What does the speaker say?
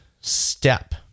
step